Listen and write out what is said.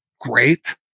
great